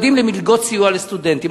שמיועדים למלגות סיוע לסטודנטים.